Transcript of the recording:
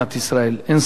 אין ספק בכלל.